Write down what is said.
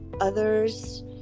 others